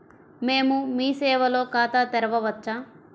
మేము మీ సేవలో ఖాతా తెరవవచ్చా?